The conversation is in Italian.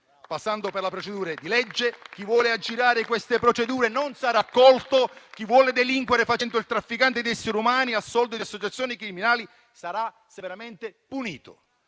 passando per la procedura di legge. Chi vuole aggirare queste procedure non sarà accolto; chi vuole delinquere facendo il trafficante di esseri umani al soldo di associazioni criminali sarà severamente punito.